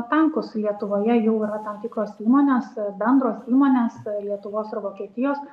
tankus lietuvoje jau yra tam tikros įmonės bendros įmonės lietuvos ir vokietijos